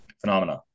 phenomena